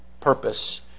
purpose